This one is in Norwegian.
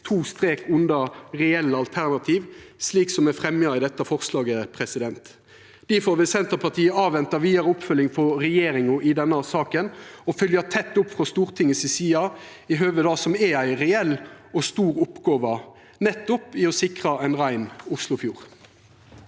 to strekar under reelle alternativ, slik som er fremja i dette forslaget. Difor vil Senterpartiet avventa vidare oppfølging frå regjeringa i denne saka, og fylgja tett opp frå Stortinget si side i høve det som er ei reell og stor oppgåve: å sikra ein rein oslofjord.